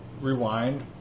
rewind